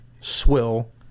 swill